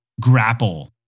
grapple